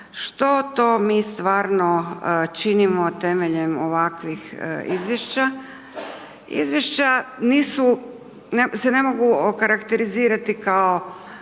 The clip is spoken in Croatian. što to mi stvarno činimo temeljem ovakvih izvješća. Izvješća nisu, se ne mogu okarakterizirati kao